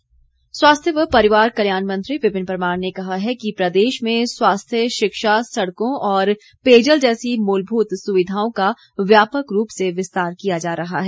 परमार स्वास्थ्य व परिवार कल्याण मंत्री विपिन परमार ने कहा है कि प्रदेश में स्वास्थ्य शिक्षा सड़कों और पेयजल जैसी मूलभूत सुविधाओं का व्यापक रूप से विस्तार किया जा रहा है